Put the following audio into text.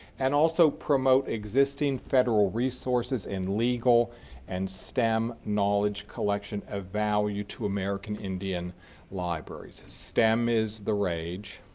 and also promote existing federal resources and legal and stem knowledge collection of value to america indian libraries. stem is the rage,